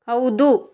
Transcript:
ಹೌದು